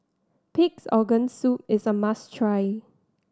Pig's Organ Soup is a must try